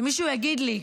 שמישהו יגיד לי,